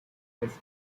fresh